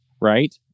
right